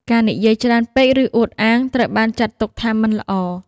ការនិយាយច្រើនពេក ឬអួតអាង ត្រូវបានចាត់ទុកថាមិនល្អ។